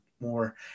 more